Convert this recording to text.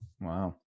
Wow